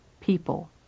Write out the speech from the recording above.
people